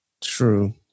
True